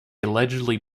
allegedly